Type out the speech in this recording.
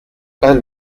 pas